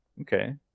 Okay